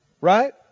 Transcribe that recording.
right